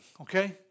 okay